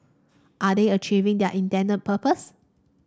are they achieving their intended purpose